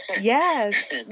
Yes